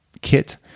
kit